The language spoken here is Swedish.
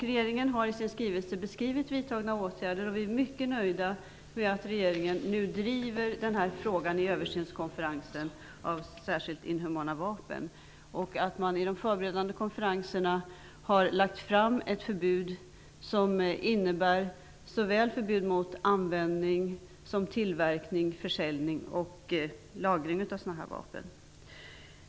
Regeringen har i sin skrivelse redogjort för vidtagna åtgärder, och vi är mycket nöjda med att regeringen nu driver denna fråga vid konferensen om översyn av konventionen om särskilt inhumana vapen liksom med att man vid de förberedande konferenserna har lagt fram förslag om förbud mot såväl användning som tillverkning, försäljning och lagring av sådana vapen.